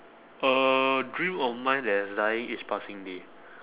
a dream of mine that is dying each passing day